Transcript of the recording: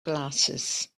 glasses